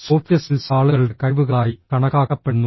soft skills ആളുകളുടെ കഴിവുകളായി കണക്കാക്കപ്പെടുന്നു